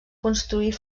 construir